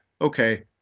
okay